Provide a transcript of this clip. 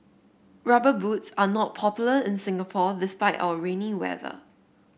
rubber boots are not popular in Singapore despite our rainy weather